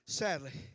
sadly